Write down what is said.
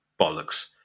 bollocks